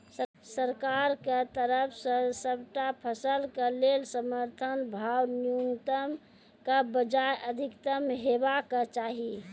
सरकारक तरफ सॅ सबटा फसलक लेल समर्थन भाव न्यूनतमक बजाय अधिकतम हेवाक चाही?